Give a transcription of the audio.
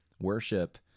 worship